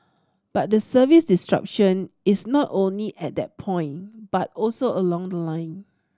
but the service disruption is not only at that point but also along the line